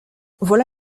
voilà